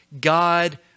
God